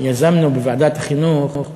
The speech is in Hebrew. יזמנו בוועדת החינוך